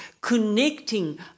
connecting